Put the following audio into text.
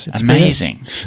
Amazing